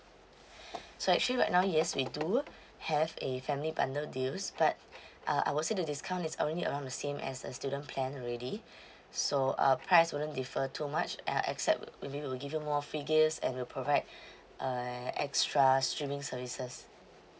so actually right now yes we do have a family bundle deals but uh I would say the discount is only around the same as a student plan already so uh price wouldn't differ too much uh except maybe we'll give you more free gifts and we'll provide uh extra streaming services